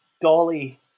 dolly